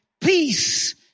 peace